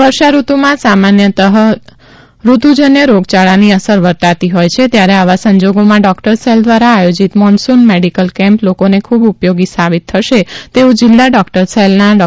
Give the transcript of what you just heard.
વર્ષાઋતુમાં સામાન્યતઃ ઋતુજન્ય રોગયાળાની અસર વર્તાતી હોથ છે ત્યારે આવા સંજોગોમાં ડોકટર સેલ દ્વારા આયોજિત મોન્સૂન મેડિકલ કેમ્પ લોકોને ખૂબ ઉપયોગી સાબિત થશે તેવું જિલ્લા ડોકટર સેલના ડો